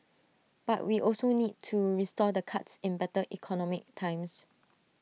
but we also need to restore the cuts in better economic times